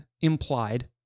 implied